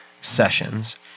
sessions